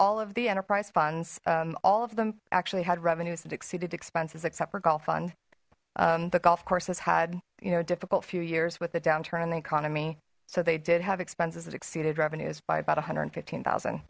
all of the enterprise funds all of them actually had revenues that exceeded expenses except for golf on the golf course has had you know difficult few years with the downturn in the economy so they did have expenses that exceeded revenues by about a hundred fifteen thousand